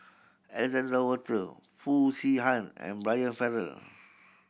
Alexander Wolter Foo Chee Han and Brian Farrell